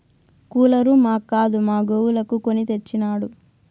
cooler మాక్కాదు మా గోవులకు కొని తెచ్చినాడు